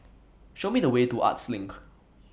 Show Me The Way to Arts LINK